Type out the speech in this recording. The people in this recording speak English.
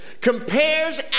compares